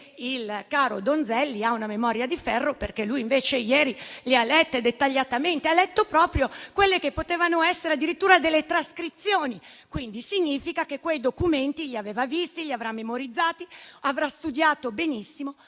il caro Donzelli ha una memoria di ferro, perché invece ieri le ha lette dettagliatamente; ha letto proprio quelle che potevano essere addirittura delle trascrizioni. Ciò significa che quei documenti li aveva visti, li avrà memorizzati, avrà studiato benissimo.